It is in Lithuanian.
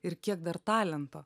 ir kiek dar talento